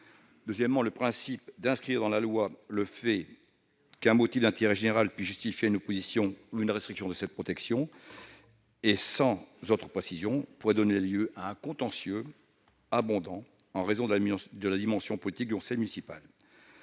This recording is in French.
Deuxièmement, inscrire dans la loi le fait qu'un motif d'intérêt général puisse justifier une opposition ou une restriction de cette protection, et ce sans autre précision, pourrait donner lieu à un contentieux abondant en raison de la dimension politique du conseil municipal.